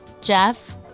Jeff